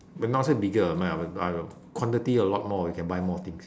but not say bigger quantity a lot more we can buy more things